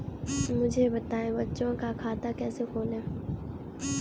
मुझे बताएँ बच्चों का खाता कैसे खोलें?